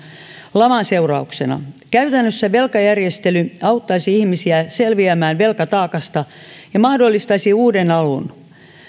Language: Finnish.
laman seurauksena käytännössä velkajärjestely auttaisi ihmisiä selviämään velkataakasta ja mahdollistaisi uuden alun